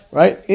right